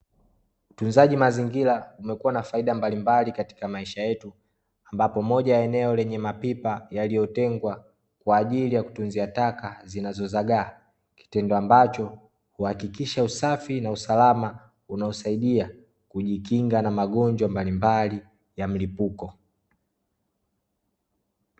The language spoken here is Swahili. Utunzaji mazingira umekuwa na faida mbalimbali katika maisha yetu, ambapo moja ya eneo lenye mapipa yaliyotengwa kwa ajili ya kutunzia taka zinazozagaa, kitendo ambacho huhakikisha usafi na usalama unaosaidia kujikinga na magonjwa mbalimbali ya mlipuko.